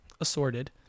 assorted